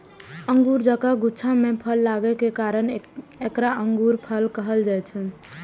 अंगूर जकां गुच्छा मे फल लागै के कारण एकरा अंगूरफल कहल जाइ छै